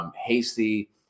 Hasty